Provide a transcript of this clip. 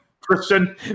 Christian